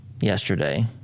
yesterday